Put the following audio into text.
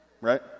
Right